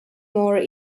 more